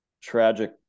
tragic